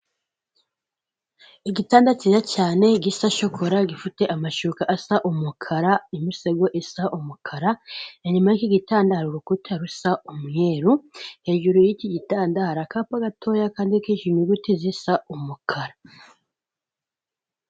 Igitanda kiza cyane gisa shokora gifite amashuka asa umukara, imisego isa umukara, na nyuma y'iki gitandaro hari urukuta rusa umweru, hejuru y'iki gitanda hari akapa gatoya kandikishijwe inyuguti zisa umukara.